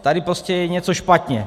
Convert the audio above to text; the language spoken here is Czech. Tady prostě je něco špatně.